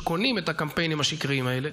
שקונים את הקמפיינים השקריים האלה,